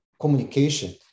communication